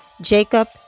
Jacob